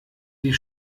die